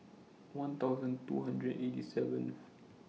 one thousand two hundred and eighty seventh